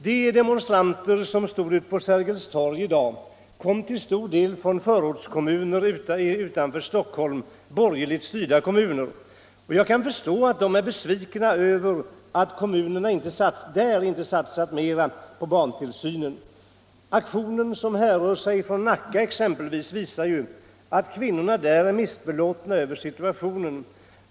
De demonstranter som stod ute på Sergels torg i dag kom till stor del från förortskommuner utanför Stockholm — från borgerligt styrda kommuner. Jag kan förstå att de är besvikna över att deras kommuner inte satsat mera på barntillsynen. Exempelvis den aktion som härrör från Nacka visar ju att kvinnorna där är missbelåtna med situationen.